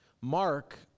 Mark